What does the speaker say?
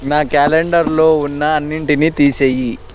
నా క్యాలెండర్లో ఉన్న అన్నింటిని తీసేయి